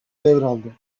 devraldı